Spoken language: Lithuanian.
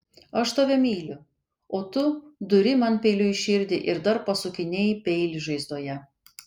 aš tave myliu o tu duri man peiliu į širdį ir dar pasukinėji peilį žaizdoje